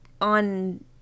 on